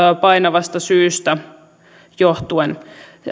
painavasta syystä johtuen